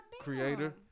creator